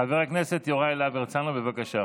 חבר הכנסת יוראי להב הרצנו, בבקשה.